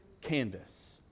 canvas